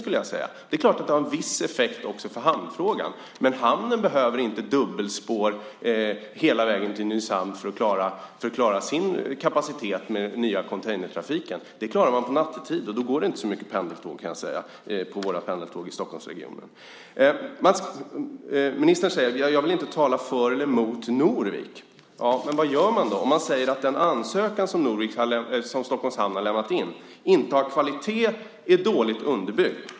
Det är klart att det också har en viss effekt på hamnfrågan, men hamnen behöver inte dubbelspår hela vägen till Nynäshamn för att klara sin kapacitet med den nya containertrafiken. Det klarar man nattetid, och då går det inte så många pendeltåg i Stockholmsregionen. Ministern säger att hon inte vill tala för eller emot Norvik. Men vad gör man om man säger att den ansökan som Stockholms hamn har lämnat in saknar kvalitet och är dåligt underbyggd?